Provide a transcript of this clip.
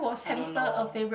I don't know